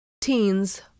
Teens